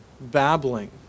babbling